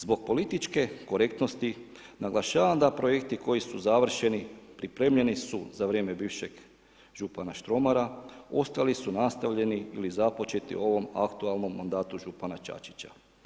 Zbog političke korektnosti, naglašavam da projekti koji su završeni, pripremljeni su za vrijeme bivšeg župana Štromara, ostali su nastavljeni ili započeti u ovom aktualnom mandatu župana Čačića.